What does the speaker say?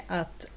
att